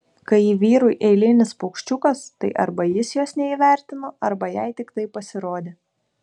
kai ji vyrui eilinis paukščiukas tai arba jis jos neįvertino arba jai tik taip pasirodė